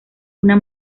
una